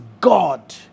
God